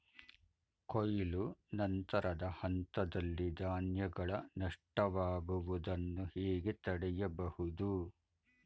ಕೊಯ್ಲು ನಂತರದ ಹಂತದಲ್ಲಿ ಧಾನ್ಯಗಳ ನಷ್ಟವಾಗುವುದನ್ನು ಹೇಗೆ ತಡೆಯಬಹುದು?